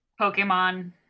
Pokemon